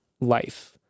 life